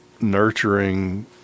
nurturing